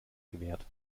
gewährt